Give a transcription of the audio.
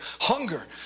hunger